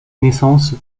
naissance